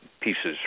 pieces